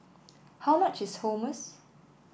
how much is Hummus